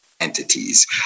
entities